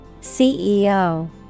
CEO